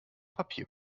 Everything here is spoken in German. papier